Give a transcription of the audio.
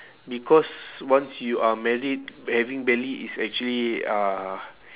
because once you are married having belly is actually uh